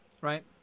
right